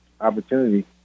opportunity